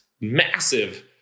massive